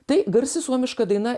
tai garsi suomiška daina